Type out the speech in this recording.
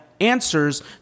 answers